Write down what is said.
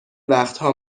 وقتها